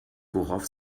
worauf